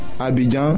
Abidjan